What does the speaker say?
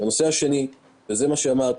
2. כפי ששאלת,